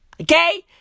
Okay